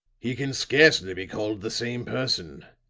he can scarcely be called the same person.